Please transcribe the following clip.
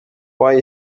why